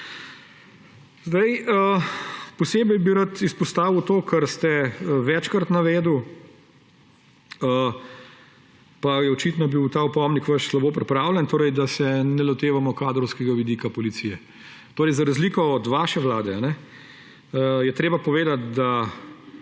Posebej bi rad izpostavil to, kar ste večkrat navedli, pa je očitno bil ta vaš opomnik slabo pripravljen, da se ne lotevamo kadrovskega vidika policije. Za razliko od vaše vlade, je treba povedati, da